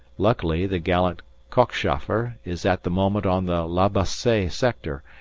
luckily the gallant cockchafer is at the moment on the la bassee sector,